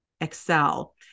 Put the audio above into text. Excel